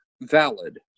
valid